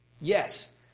yes